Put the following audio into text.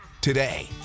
today